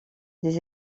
des